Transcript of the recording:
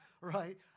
right